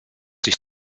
sich